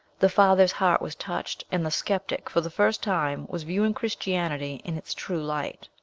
the father's heart was touched and the sceptic, for the first time, was viewing christianity in its true light.